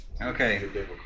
Okay